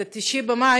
את 9 במאי,